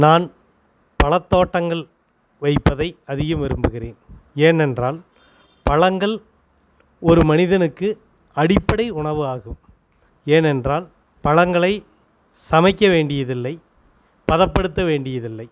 நான் பழ தோட்டங்கள் வைப்பதை அதிகம் விரும்புகிறேன் ஏனென்றால் பழங்கள் ஒரு மனிதனுக்கு அடிப்படை உணவாகும் ஏனென்றால் பழங்களை சமைக்க வேண்டியதில்லை பதப்படுத்த வேண்டியதில்லை